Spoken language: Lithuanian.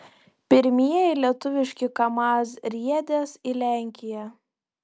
pirmieji lietuviški kamaz riedės į lenkiją